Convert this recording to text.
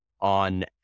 on